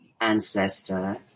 ancestor